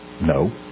No